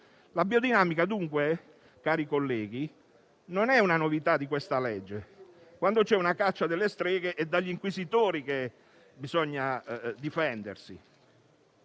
La biodinamica, dunque, cari colleghi, non è una novità di questo disegno di legge: quando c'è una caccia delle streghe, è dagli inquisitori che bisogna difendersi.